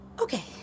Okay